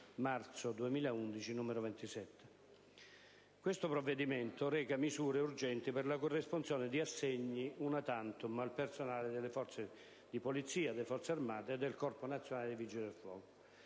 marzo 2011, n. 27. Questo provvedimento reca misure urgenti per la corresponsione di assegni *una tantum* al personale delle Forze di polizia, delle Forze armate e del Corpo nazionale dei vigili del fuoco.